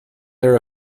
their